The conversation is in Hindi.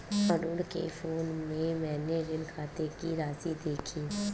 अरुण के फोन में मैने ऋण खाते की राशि देखी